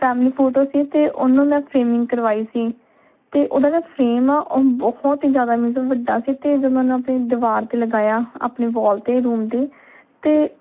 family photo ਸੀ ਅਤੇ ਉਹਨੂੰ ਮੈਂ ਫਰੇਮਿੰਗ ਕਰਵਾਈ ਸੀ ਅਤੇ ਉਹਦਾ ਜਿਹੜਾ ਫਰੇਮ ਆ ਉਹ ਬਹੁਤ ਹੀ ਜ਼ਿਆਦਾ ਮੀਨਜ਼ ਵੱਡਾ ਸੀ ਅਤੇ ਜਦੋਂ ਮੈਂ ਉਹਨੂੰ ਆਪਣੀ ਦੀਵਾਰ 'ਤੇ ਲਗਾਇਆ ਆਪਣੇ ਵੋਲ 'ਤੇ ਰੂਮ ਦੀ 'ਤੇ